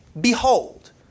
Behold